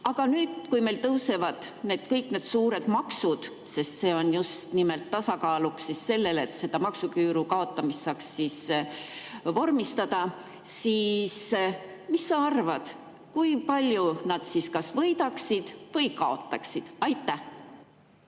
Aga nüüd, kui meil tõusevad kõik need suured maksud, siis see on just nimelt tasakaaluks sellele, et selle maksuküüru kaotamise saaks vormistada. Mis sa arvad, kui palju nad siis kas võidaksid või kaotaksid? Väga